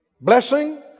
Blessing